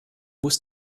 muss